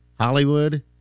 Hollywood